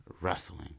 Rustling